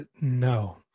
No